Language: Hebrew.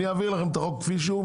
אני אעביר לכם את החוק כפי שהוא,